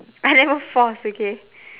I never force okay